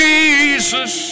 Jesus